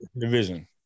division